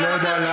גם